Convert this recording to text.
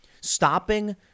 Stopping